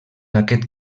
aquest